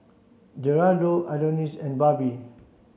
Gerardo Adonis and Barbie